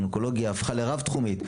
אונקולוגיה הפכה לרב תחומית,